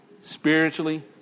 spiritually